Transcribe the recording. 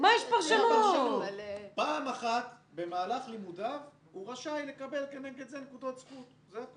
פעם אחת במהלך לימודיו הוא רשאי לקבל כנגד זה נקודות זכות.